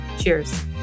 Cheers